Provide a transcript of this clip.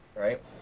Right